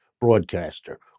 broadcaster